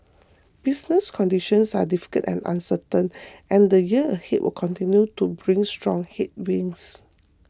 business conditions are difficult and uncertain and the year ahead will continue to bring strong headwinds